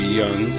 young